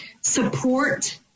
support